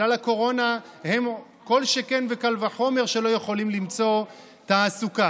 בגלל הקורונה כל שכן וקל וחומר שהם לא יכולים למצוא תעסוקה.